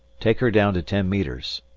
take her down to ten metres!